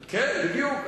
כן, בדיוק.